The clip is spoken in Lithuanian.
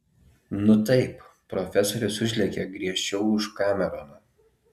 nu taip profesorius užlenkė griežčiau už kameroną